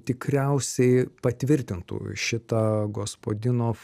tikriausiai patvirtintų šitą gospadinov